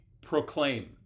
proclaim